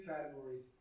categories